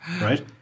right